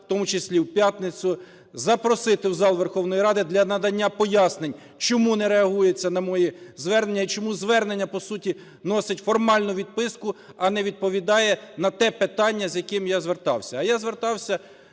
в тому числі в п'ятницю, запросити в зал Верховної Ради для надання пояснень, чому не реагується на мої звернення і чому звернення по суті носить формальну відписку, а не відповідає на те питання, з яким я звертався.